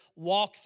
walkthrough